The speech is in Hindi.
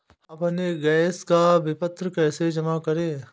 हम अपने गैस का विपत्र कैसे जमा करें?